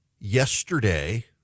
Yesterday